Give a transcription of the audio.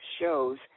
shows